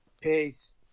peace